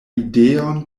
ideon